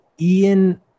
Ian